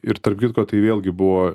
ir tarp kitko tai vėlgi buvo